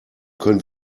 können